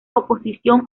oposición